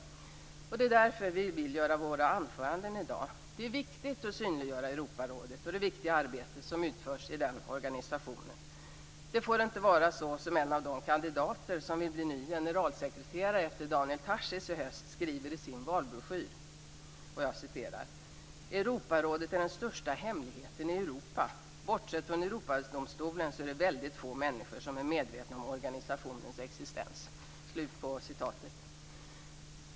Det är därför vi vill hålla våra anföranden i dag. Det är viktigt att synliggöra Europarådet och det viktiga arbete som utförs i den organisationen. Det får inte vara som en av de kandidater som i höst vill bli ny generalsekreterare efter Daniel Tarschys skriver i sin valbroschyr: "Europarådet är den största hemligheten i Europa. Bortsett från Europadomstolen är det väldigt få människor som är medvetna om organisationens existens."